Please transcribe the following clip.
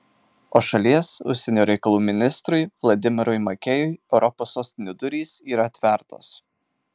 o šalies užsienio reikalų ministrui vladimirui makėjui europos sostinių durys yra atvertos